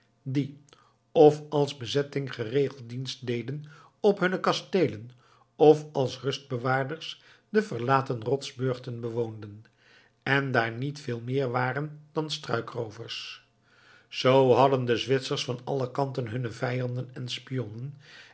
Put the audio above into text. die of als bezetting geregeld dienst deden op hunne kasteelen of als rustbewaarders de verlaten rotsburchten bewoonden en daar niet veel meer waren dan struikroovers zoo hadden de zwitsers van alle kanten hunne vijanden en spionnen